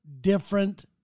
different